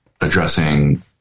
addressing